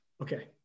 Okay